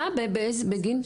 בגין?